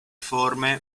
forme